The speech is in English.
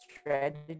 strategy